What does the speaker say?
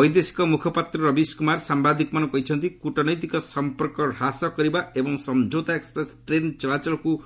ବୈଦେଶିକ ମୁଖପାତ୍ର ରବିଶ କୁମାର ସାମ୍ଭାଦିକମାନଙ୍କୁ କହିଛନ୍ତି କ୍ରଟନୈତିକ ସଂପର୍କ ହ୍ରାସ କରିବା ଏବଂ ସମ୍ଝୌତା ଏକ୍ଟପ୍ରେସ୍ ଟ୍ରେନ୍ ଚଳାଚଳକୁ